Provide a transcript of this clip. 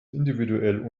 individuell